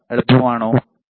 എളുപ്പമാണോ